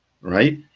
right